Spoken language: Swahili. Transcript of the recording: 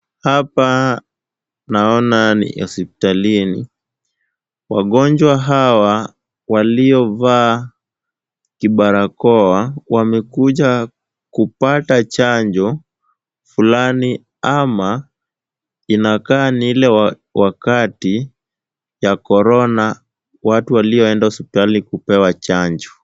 Hapa naona ni hospitalini. Wagonjwa hawa waliovaa barakoa wamekuja kupata chanjo fulani ama inakaa ni ile wakati ya Corona watu walioenda hospitali kupewa chanjo.